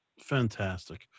Fantastic